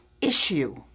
issue